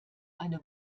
eine